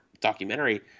documentary